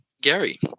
Gary